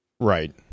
Right